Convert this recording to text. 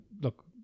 look